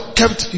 kept